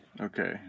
Okay